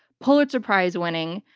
pulitzer prize-winning,